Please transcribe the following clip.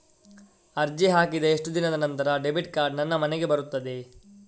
ಅರ್ಜಿ ಹಾಕಿದ ಎಷ್ಟು ದಿನದ ನಂತರ ಡೆಬಿಟ್ ಕಾರ್ಡ್ ನನ್ನ ಮನೆಗೆ ಬರುತ್ತದೆ?